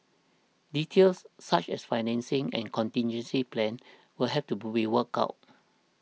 details such as financing and contingency plans will have to be worked out